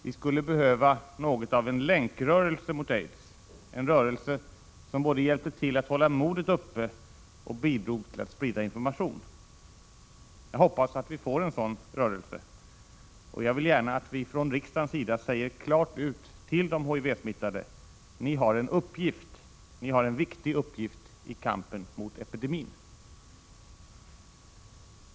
Vi skulle behöva något av en länkrörelse mot aids, en rörelse som både hjälpte till att hålla modet uppe och bidrog till att sprida information. Jag hoppas att vi får en sådan rörelse, och jag vill gärna att vi från riksdagens sida säger klart ut till de HIV-smittade: Ni har en uppgift. Ni har en viktig uppgift i kampen mot epidemin.